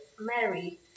Mary